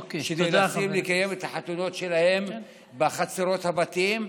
שנאלצים לקיים את החתונות שלהם בחצרות הבתים.